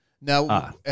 Now